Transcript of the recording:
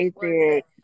basic